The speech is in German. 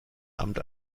amt